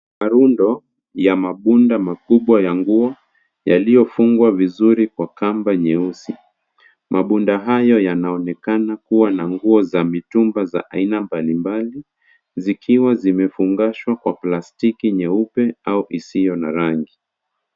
Marundo ya mabunda makubwa ya nguo yaliyofungwa vizuri kwa kamba nyeusi. Mabunda hayo yanaonekana kuwa na nguo za mitumba za aina mbalimbali zikiwa zimefungashwa kwa plastiki nyeupe au isiyo na rangi.